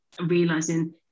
realizing